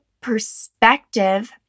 perspective